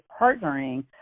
partnering